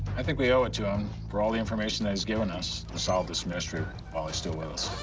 i think we owe it to him, for ah the information that he's given us, to solve this mystery while he's still with us.